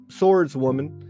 swordswoman